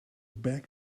back